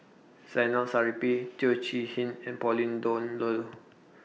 Zainal Chee Hean and Pauline Dawn Loh